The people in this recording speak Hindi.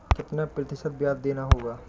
कितना प्रतिशत ब्याज देना होगा?